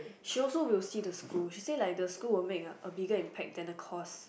she also will see the school she say like the school will make a bigger impact than the course